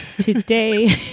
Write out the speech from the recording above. today